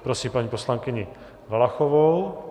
Prosím paní poslankyni Valachovou.